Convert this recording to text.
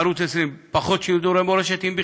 בערוץ 20 פחות שידורי מורשת, אם בכלל,